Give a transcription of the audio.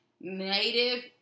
native